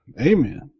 Amen